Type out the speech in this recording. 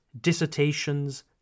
dissertations